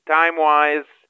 time-wise